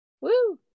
Woo